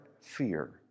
fear